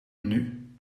menu